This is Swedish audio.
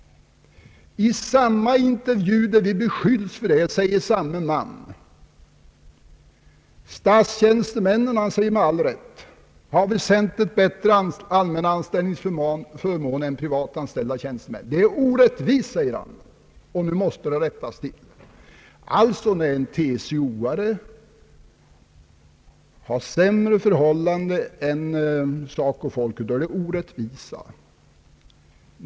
I den intervju, där vi beskylls för detta, säger samme man: Statstjänstemännen anser sig med all rätt ha väsentligt bättre allmänna anställningsförmåner än privatanställda tjänstemän. Det är orättvist, tillägger han, och nu måste det rättas till. När en TCO:are har sämre förhållanden än SACO-folket, då är det alltså orättvisa.